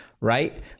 right